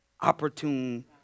Opportune